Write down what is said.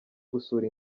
gusura